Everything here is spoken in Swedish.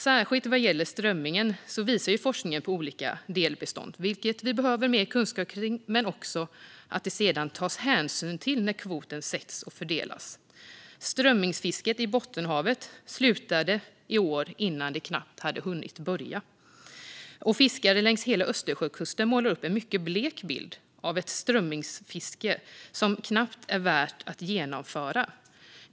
Särskilt vad gäller strömmingen visar forskningen på olika delbestånd, vilket vi behöver mer kunskap om. Men det behöver också tas hänsyn till det när kvoterna sätts och fördelas. Strömmingsfisket i Bottenhavet slutade i år innan det knappt hunnit börja. Fiskare längs hela Östersjökusten målar också upp en mycket blek bild av ett strömmingsfiske som knappt är värt att genomföra.